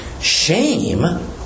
Shame